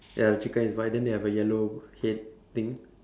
ya the chicken is white then they have a yellow head thing